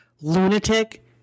lunatic